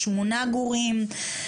שמונה גורים.